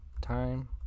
Time